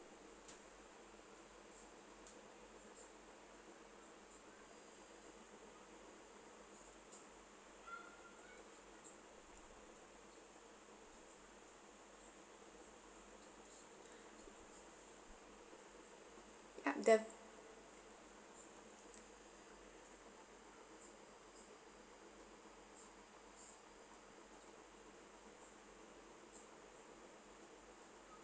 yup that